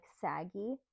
saggy